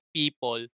people